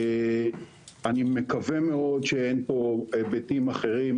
אני מקווה מאוד שאין פה היבטים אחרים